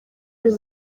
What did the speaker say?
biba